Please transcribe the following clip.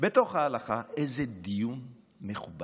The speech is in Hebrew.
בתוך ההלכה איזה דיון מכובד.